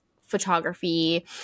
photography